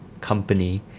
company